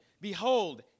Behold